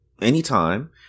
anytime